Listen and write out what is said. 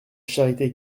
charité